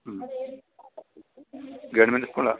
ഉം ഗവണ്മെൻറ് സ്കൂളാണ്